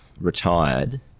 retired